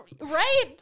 right